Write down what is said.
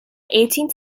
eighteenth